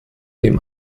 den